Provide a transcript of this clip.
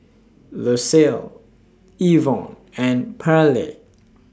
Lucile Evon and Pearley